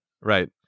Right